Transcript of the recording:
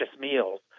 meals